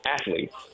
athletes